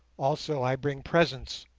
also i bring presents